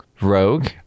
rogue